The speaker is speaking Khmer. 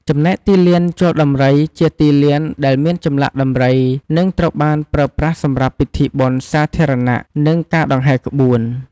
ចំណែកទីលានជល់ដំរី ជាទីលានដែលមានចម្លាក់ដំរី និងត្រូវបានប្រើប្រាស់សម្រាប់ពិធីបុណ្យសាធារណៈ និងការដង្ហែរក្បួន។